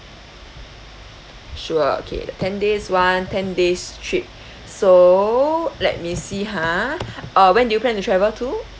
sure okay ten days [one] ten days trip so let me see ha uh when do you plan to travel to